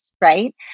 right